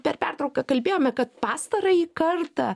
per pertrauką kalbėjome kad pastarąjį kartą